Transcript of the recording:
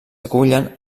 acullen